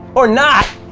or not!